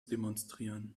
demonstrieren